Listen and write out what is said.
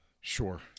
Sure